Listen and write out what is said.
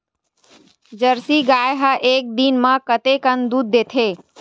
Jersey गाय ह एक दिन म कतेकन दूध देथे?